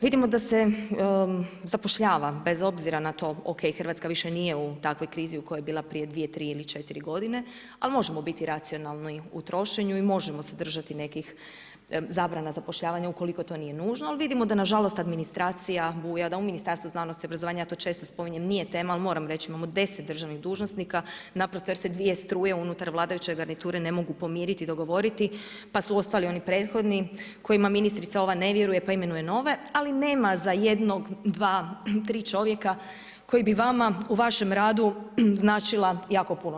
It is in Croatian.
Vidimo da se zapošljava bez obzira na to, ok, Hrvatska više nije u takvoj krizi u kojoj je bila prije 2, 3 ili 4 godine, ali možemo biti racionalni u trošenju i možemo se držati nekih zabrana zapošljavanja ukoliko to nije nužno, ali vidimo da nažalost administracija buja, da u Ministarstvu znanosti i obrazovanja, ja to često spominjem, nije tema, ali moram reći, imamo 10 državnih dužnosnika, naprosto jer se svije struje unutar vladajuće garniture ne mogu pomiriti i dogovoriti pa su ostali oni prethodni kojima ministrica ova ne vjeruje pa imenuje nove, ali nema za 1, 2, 3 čovjeka koji bi vama u vašem radu značila jako puno.